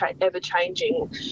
ever-changing